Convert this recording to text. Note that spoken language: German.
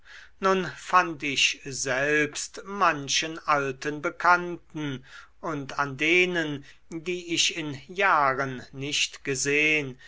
nun fand ich selbst manchen alten bekannten und an denen die ich in jahren nicht gesehn